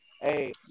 Hey